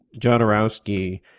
Jodorowsky